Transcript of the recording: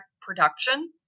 production